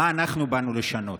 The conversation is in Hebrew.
מה אנחנו באנו לשנות: